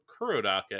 Kurodake